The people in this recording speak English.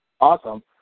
Awesome